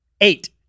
eight